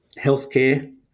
healthcare